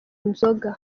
nzoga